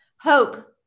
hope